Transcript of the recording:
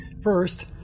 First